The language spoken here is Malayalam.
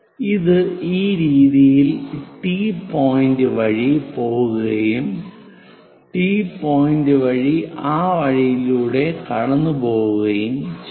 ഇത് ഈ രീതിയിൽ ടി പോയിന്റ് വഴി പോകുകയും ടി പോയിന്റ് വഴി ആ വഴിയിലൂടെ കടന്നുപോകുകയും ചെയ്യുന്നു